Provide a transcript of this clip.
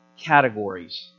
categories